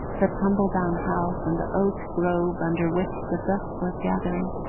the tumble-down house, and the oak-grove under which the dusk was gathering.